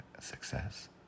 success